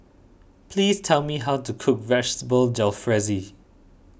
please tell me how to cook Vegetable Jalfrezi